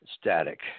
static